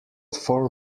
four